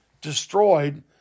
destroyed